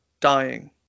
dying